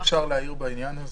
אם אפשר להעיר בעניין הזה.